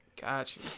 Gotcha